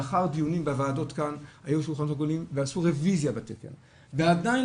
לאחר דיונים בוועדות כאן היו שולחנות עגולים ועשו רביזיה בתקן ועדיין